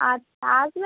আচ্ছা আসবে